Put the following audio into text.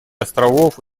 островов